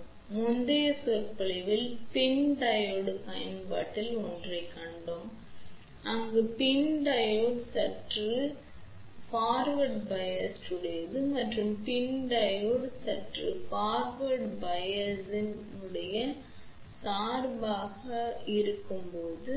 எனவே முந்தைய சொற்பொழிவில் PIN டையோடு பயன்பாட்டில் ஒன்றைக் கண்டோம் அங்கு PIN டையோடு சற்று முன்னோக்கி சார்புடையது மற்றும் PIN டையோடு சற்று முன்னோக்கி சார்புடையதாக இருக்கும்போது